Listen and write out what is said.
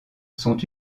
sont